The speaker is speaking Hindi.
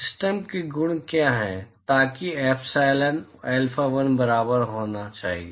सिस्टम के गुण क्या हैं ताकि एप्सिलॉन 1 अल्फा 1 के बराबर होना चाहिए